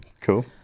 Cool